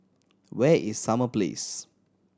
where is Summer Place